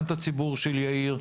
גם את הציבור של יאיר,